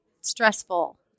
stressful